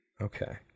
Okay